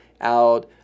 out